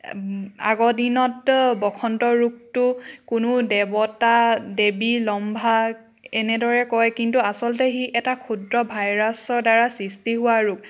আগৰ দিনত বসন্ত ৰোগটো কোনো দেৱতা দেৱী লম্ভা এনেদৰে কয় কিন্তু আচলতে সি এটা ক্ষুদ্ৰ ভাইৰাছৰ দ্বাৰা সৃষ্টি হোৱা ৰোগ প্ৰায়